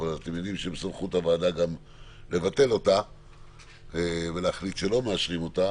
אבל אתם יודעים שבסמכות הוועדה גם לבטל אותה ולהחליט שלא מאשרים אותה.